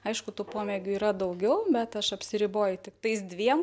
aišku tų pomėgių yra daugiau bet aš apsiriboju tik tais dviem